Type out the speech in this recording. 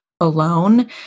alone